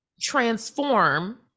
transform